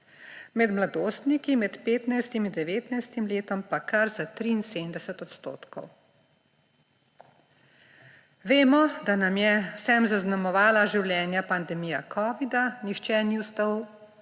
med mladostniki med 15. in 19. letom pa kar za 73 odstotkov. Vemo, da nam je vsem zaznamovala življenja pandemija covida, nihče ni ostal